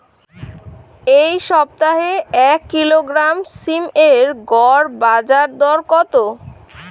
এই সপ্তাহে এক কিলোগ্রাম সীম এর গড় বাজার দর কত?